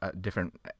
different